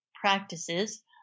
practices